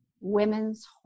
women's